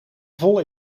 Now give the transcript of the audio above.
vol